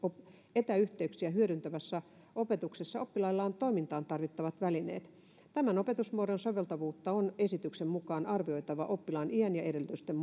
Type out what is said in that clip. etäyhteyksiä hyödyntävässä opetuksessa oppilailla on toimintaan tarvittavat välineet tämän opetusmuodon soveltuvuutta on esityksen mukaan arvioitava oppilaan iän ja edellytysten